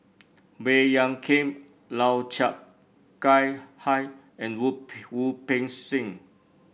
Baey Yam Keng Lau Chiap Khai High and Wu Wu Peng Seng